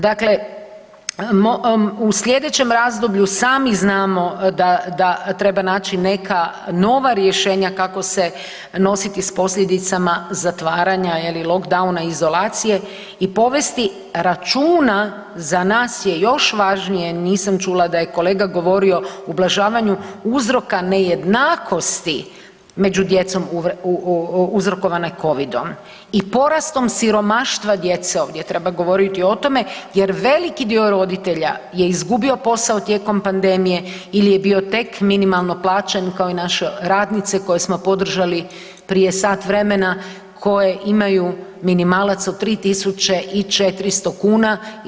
Dakle, u sljedećem razdoblju sami znamo da treba naći neka nova rješenja kako se nositi s posljedicama zatvaranja je li lockdowna, izolacije i povesti računa, za nas je još važnije nisam čula da je kolega govorio ublažavanju uzroka nejednakosti među djecom uzrokovane Covid-om i porastom siromaštva djece ovdje treba govoriti o tome, jer veliki dio roditelja je izgubio posao tijekom pandemije ili je bio tek minimalno plaćen kao i naše radnice koje smo podržali prije sat vremena koje imaju minimalac od 3 tisuće i 400 kuna.